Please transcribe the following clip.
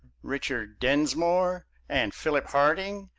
richard densmore and philip harding,